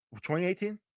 2018